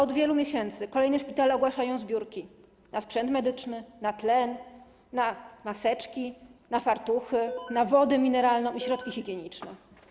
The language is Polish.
Od wielu miesięcy kolejne szpitale ogłaszają zbiórki na sprzęt medyczny, na tlen, na maseczki, na fartuchy, na wodę mineralną i środki higieniczne.